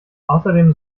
außerdem